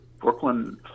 Brooklyn